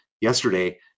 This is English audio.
yesterday